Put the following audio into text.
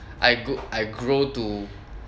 I gr~ I grow to